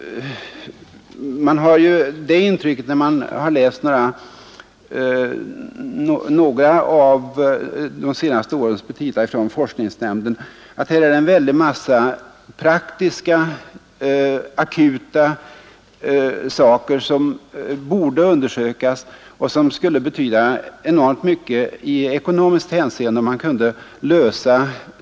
Man har när man läst några av de senaste årens petita från forskningsnämnden fått det intrycket att det finns en stor mängd akuta praktiska problem som borde undersökas och att det skulle betyda enormt mycket i ekonomiskt hänseende, om dessa kunde lösas.